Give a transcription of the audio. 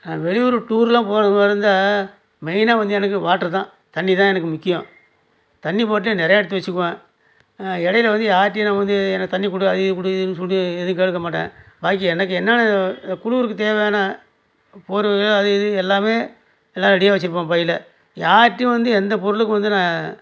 வெளியூர் டூர்லாம் போகிறது மாதிரி இருந்தால் மெயினாக வந்து எனக்கு வாட்டர் தான் தண்ணி தான் எனக்கு முக்கியம் தண்ணி பாட்டில் நிறையா எடுத்து வச்சுக்குவேன் இடையில வந்து யார்கிட்டையும் நான் வந்து எனக்கு தண்ணி கொடு அதை கொடுன்னு சொல்லி எதுவும் கேட்கமாட்டேன் பாக்கி எனக்கு என்னென்ன குளிருக்குத் தேவையான போர்வைங்க அது இது எல்லாமே எல்லாம் ரெடியாக வச்சுப்பேன் பையில் யார்கிட்டையும் வந்து எந்த பொருளுக்கும் வந்து நான்